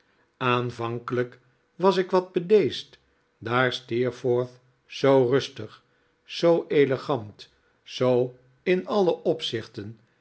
aanvankelijk was ik wat bedeesd daar steerforth zoo rustig zoo elegant zoo in alle opzichten